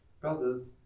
Brothers